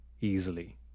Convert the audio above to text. easily